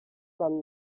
from